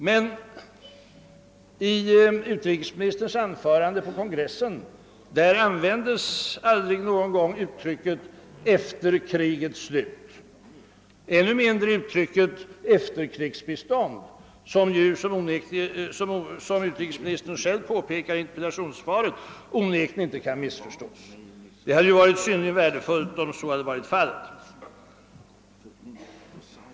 Men i utrikesministerns anförande på kongressen användes aldrig uttrycket »efter krigets slut» och ännu mindre uttrycket »efterkrigstillstånd», ett uttryck vilket — som utrikesministern själv påpekar i interpellationssvaret — inte kan missförstås. Det hade varit synnerligen värdefullt om detta hade klargjorts.